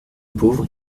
pauvre